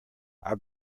our